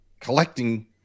collecting